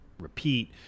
repeat